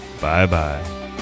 bye-bye